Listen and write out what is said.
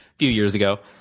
few years ago,